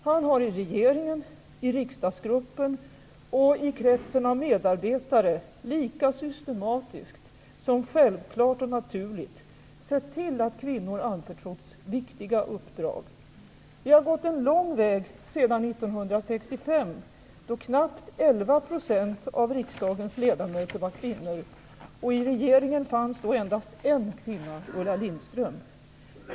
Han har i regeringen, i riksdagsgruppen och i kretsen av medarbetare, lika systematiskt som självklart och naturligt, sett till att kvinnor anförtrotts viktiga uppdrag. Vi har gått en lång väg sedan 1965, då knappt elva procent av riksdagens ledamöter var kvinnor. I regeringen fanns då endast en kvinna - Ulla Lindström.